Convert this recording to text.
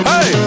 Hey